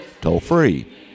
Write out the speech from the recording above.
toll-free